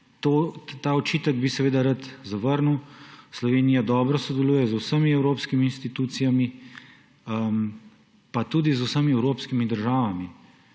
Ta očitek bi seveda rad zavrnil. Slovenija dobro sodeluje z vsemi evropskimi institucijami pa tudi z vsemi evropskimi državami.